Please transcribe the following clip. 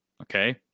okay